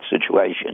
situation